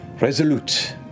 resolute